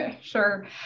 Sure